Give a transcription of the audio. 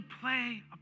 play